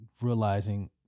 realizing